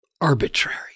arbitrary